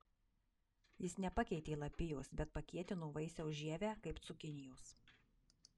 jis nepakeitė lapijos bet pakietino vaisiaus žievę kaip cukinijos